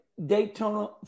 Daytona